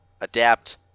adapt